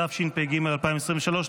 התשפ"ג 2023,